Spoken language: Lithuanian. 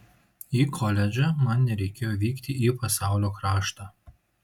į koledžą man nereikėjo vykti į pasaulio kraštą